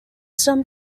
some